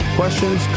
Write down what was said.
questions